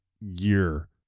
Year